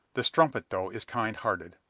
the strumpet, though, is kind-hearted!